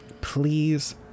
please